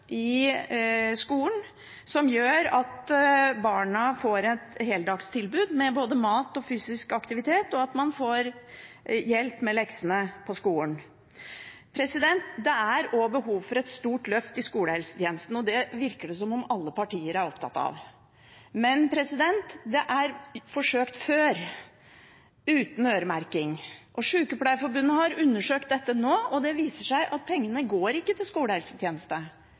i skolen som gjør at barna får et heldagstilbud med både mat og fysisk aktivitet, og at de får hjelp med leksene på skolen. Det er behov for et stort løft i skolehelsetjenesten, og det virker det som om alle partiene er opptatt av. Men det er forsøkt før uten øremerking. Sykepleierforbundet har undersøkt dette nå, og det viser seg at pengene går ikke til